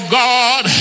god